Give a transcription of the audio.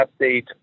update